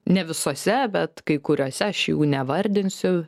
ne visose bet kai kuriose aš jų nevardinsiu